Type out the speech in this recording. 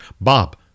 Bob